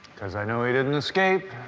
cause i know he didn't escape.